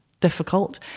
difficult